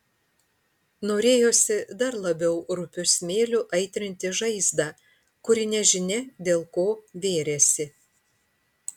norėjosi dar labiau rupiu smėliu aitrinti žaizdą kuri nežinia dėl ko vėrėsi